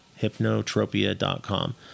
hypnotropia.com